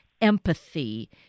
empathy